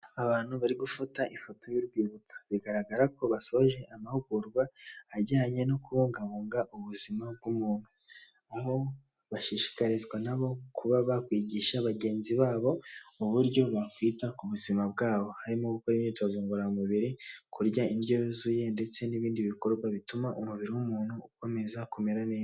Abantu bari gufata ifoto y'urwibutso bigaragara ko basoje amahugurwa ajyanye no kubungabunga ubuzima bw'umuntu, aho bashishikarizwa nabo kuba bakwigisha bagenzi babo uburyo bakwita ku buzima bwabo harimo gukora imyitozo ngororamubiri, kurya indyo yuzuye ndetse n'ibindi bikorwa bituma umubiri w'umuntu ukomeza kumera neza.